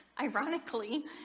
ironically